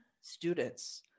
students